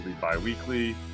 bi-weekly